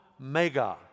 mega